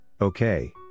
okay